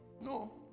No